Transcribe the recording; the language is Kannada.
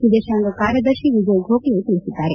ವಿದೇಶಾಂಗ ಕಾರ್ಯದರ್ಶಿ ವಿಜಯ್ ಗೋಖಲೆ ತಿಳಿಸಿದ್ದಾರೆ